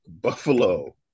Buffalo